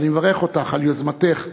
ואני מברך אותך על יוזמתך,